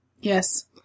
Yes